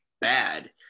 bad